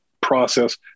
process